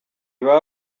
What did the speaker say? baba